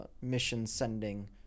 mission-sending